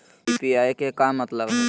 UPI के का मतलब हई?